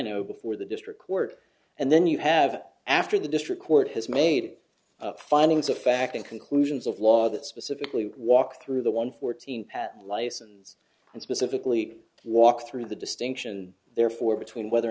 know before the district court and then you have after the district court has made findings of fact and conclusions of law that specifically walked through the one fourteen licens and specifically walk through the distinction and therefore between whether or